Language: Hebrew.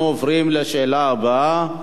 אנחנו עוברים לשאלה הבאה.